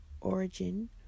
origin